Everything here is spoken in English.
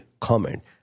comment